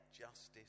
justice